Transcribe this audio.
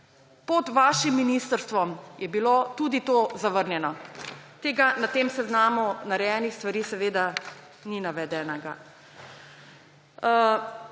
Pod vašim ministrstvom je bilo tudi to zavrnjeno. Tega na tem seznamu narejenih stvari seveda ni navedenega.